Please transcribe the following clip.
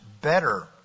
better